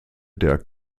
der